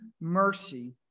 mercy